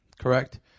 correct